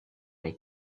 les